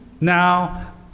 now